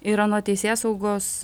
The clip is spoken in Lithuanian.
ir anot teisėsaugos